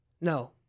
No